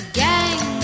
gang